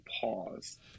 pause